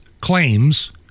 claims